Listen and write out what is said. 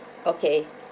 okay